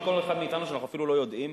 כל אחד מאתנו שאנחנו אפילו לא יודעים?